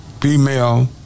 female